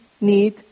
need